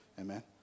Amen